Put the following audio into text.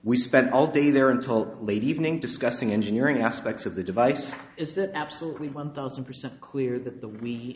we spent all day there until late evening discussing engineering aspects of the device is that absolutely one thousand percent clear that the we